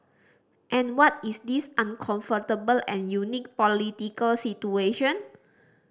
and what is this uncomfortable and unique political situation